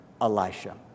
Elisha